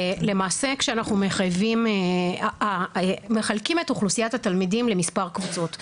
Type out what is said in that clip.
למעשה מחלקים את אוכלוסיית התלמידים למספר קבוצות.